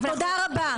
תודה רבה.